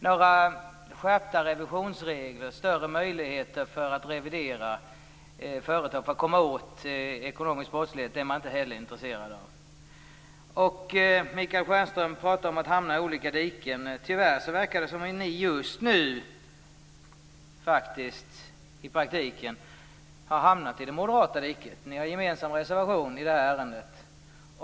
Några skärpta revisionsregler, några större möjligheter för att revidera företag i syfte att komma åt ekonomisk brottslighet är man inte heller intresserad av. Michael Stjernström talade om risken att hamna i ett av två olika diken. Tyvärr verkar det som att ni i praktiken har hamnat i det moderata diket. Ni har en gemensam reservation i det här ärendet.